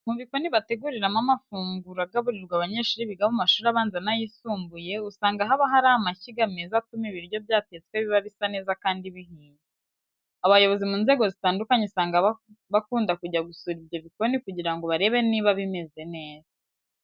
Mu bikoni bateguriramo amafungura agaburirwa abanyeshuri biga mu mashuri abanza n'ayisumbuye, usanga haba hari amashyiga meza atuma ibiryo byatetswe biba bisa neza kandi bihiye. Abayobozi mu nzego zitandukanye usanga bakunda kujya gusura ibyo bikoni kugira ngo barebe niba bimeze neza.